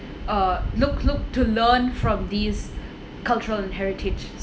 uh look look to learn from these cultural heritage sites